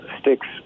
Sticks